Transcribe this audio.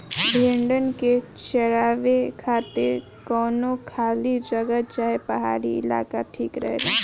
भेड़न के चरावे खातिर कवनो खाली जगह चाहे पहाड़ी इलाका ठीक रहेला